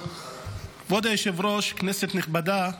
כבוד היושב-ראש, כנסת נכבדה.